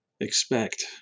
expect